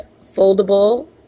foldable